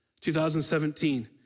2017